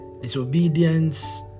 disobedience